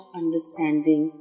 understanding